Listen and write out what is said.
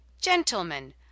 gentlemen